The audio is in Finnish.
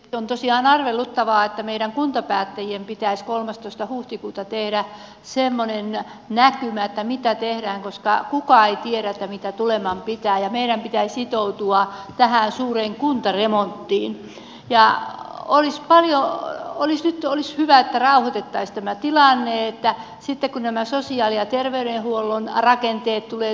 on tosiaan arveluttavaa että meidän kuntapäättäjien pitäis kolmastoista huhtikuuta teidän asemanne näkemättä mitä tehdään koskaan kukaan ei tiedä mitä tuleman pitää ja meidän pitää sitoutua tähän suureen kuntaremonttiin jää olisi tarjolla olisi väittää että tämä tilanne että sitten kun nämä sosiaali ja terveydenhuollon rakenteet tulee